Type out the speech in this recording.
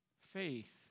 Faith